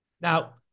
Now